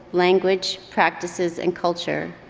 language, practices and culture,